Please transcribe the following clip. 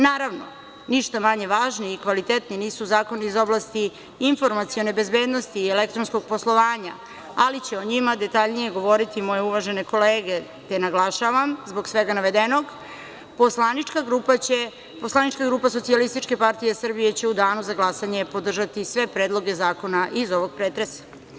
Naravno, ništa manje važni i kvalitetniji nisu zakoni iz oblasti informacione bezbednosti i elektronskog poslovanja, ali će o njima detaljnije govoriti moje uvažene kolege, gde naglašavam zbog svega navedenog, poslanička grupa SPS će u danu za glasanje podržati sve predloge zakona iz ovog pretresa.